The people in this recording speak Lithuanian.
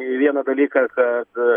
į vieną dalyką kad